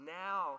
now